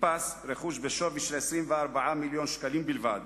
נתפס רכוש בשווי של 24 מיליון שקלים בלבד,